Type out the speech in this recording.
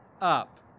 up